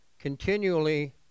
continually